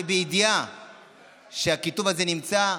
בידיעה שהכיתוב הזה נמצא.